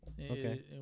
Okay